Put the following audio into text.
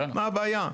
מה הבעיה?